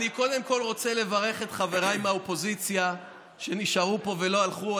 אני קודם כול רוצה לברך את חבריי מהאופוזיציה שנשארו פה ולא הלכו.